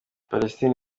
palestine